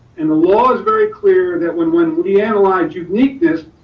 and the law is very clear that when when we analyze uniqueness,